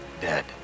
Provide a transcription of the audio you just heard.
dead